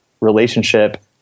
relationship